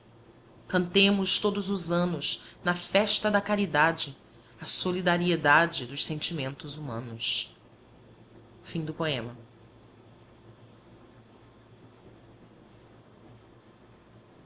cantemos todos os anos na festa da caridade a solidariedade dos sentimentos humanos bem